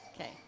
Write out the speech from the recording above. Okay